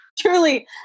truly